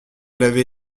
l’avez